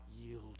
yield